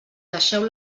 deixeu